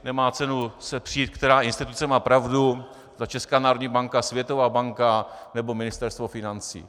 Nemá cenu se přít, která instituce má pravdu, zda Česká národní banka, Světová banka, nebo Ministerstvo financí.